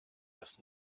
dass